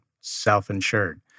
self-insured